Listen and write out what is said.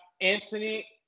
Anthony